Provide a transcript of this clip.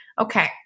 okay